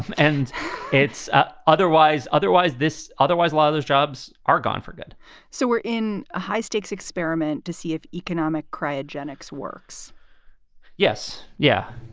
and it's ah otherwise otherwise this otherwise, a lot of those jobs are gone for good so we're in a high stakes experiment to see if economic cryogenics works yes. yeah.